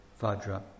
Vajra